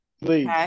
Please